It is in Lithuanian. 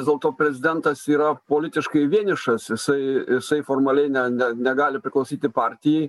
vis dėlto prezidentas yra politiškai vienišas jisai jisai formaliai ne ne negali priklausyti partijai